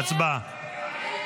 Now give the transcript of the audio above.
הצבעה.